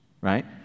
Right